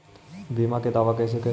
बीमा के दावा कैसे करी?